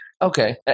Okay